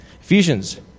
Ephesians